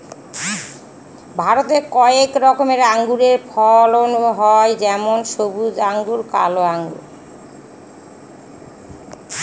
ভারতে কয়েক রকমের আঙুরের ফলন হয় যেমন সবুজ আঙ্গুর, কালো আঙ্গুর